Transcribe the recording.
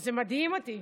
וזה מדהים אותי.